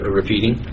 repeating